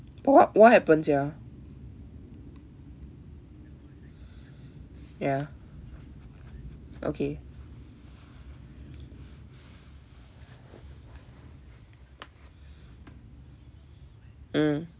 but wha~ what what happen sia ya okay mm